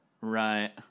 Right